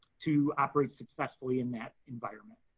to operate successfully in that environment.